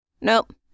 Nope